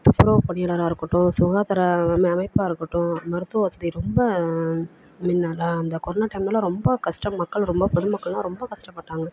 துப்புரவு பணியாளராக இருக்கட்டும் சுகாதார அமை அமைப்பாக இருக்கட்டும் மருத்துவ வசதி ரொம்ப மின்னலாம் அந்த கொரோனா டைம்லலாம் ரொம்ப கஷ்டம் மக்கள் பொது மக்கள்லாம் ரொம்ப கஷ்டப்பட்டாங்க